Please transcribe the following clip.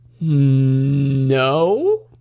No